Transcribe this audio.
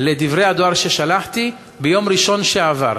לדברי הדואר ששלחתי ביום ראשון שעבר,